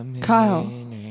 Kyle